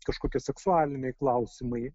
kažkokie seksualiniai klausimai